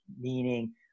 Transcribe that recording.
meaning